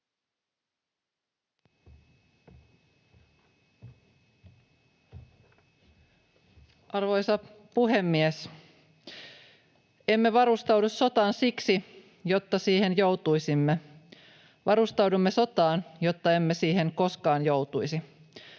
Arvoisa puhemies! Emme varustaudu sotaan siksi, jotta siihen joutuisimme. Varustaudumme sotaan, jotta emme siihen koskaan joutuisi.